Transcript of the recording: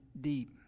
deep